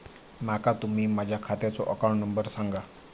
माका तुम्ही माझ्या खात्याचो अकाउंट नंबर सांगा?